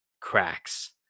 cracks